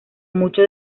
mucho